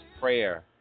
prayer